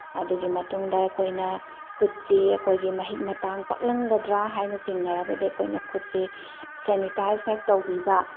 ꯑꯗꯨꯒꯤ ꯃꯇꯨꯡꯗ ꯑꯩꯈꯣꯏꯅ ꯈꯨꯠꯁꯤ ꯑꯩꯈꯣꯏꯒꯤ ꯃꯍꯤꯛ ꯃꯇꯥꯡ ꯄꯛꯂꯝꯒꯗ꯭ꯔꯥ ꯍꯥꯏꯅ ꯆꯤꯡꯅꯔꯕꯗꯤ ꯑꯩꯈꯣꯏꯅ ꯈꯨꯠꯁꯤ ꯁꯦꯅꯤꯇꯥꯏꯁ ꯍꯦꯛ ꯇꯧꯕꯤꯕ